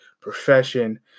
profession